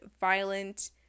violent